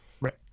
Right